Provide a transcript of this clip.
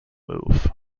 move